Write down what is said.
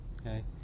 okay